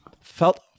felt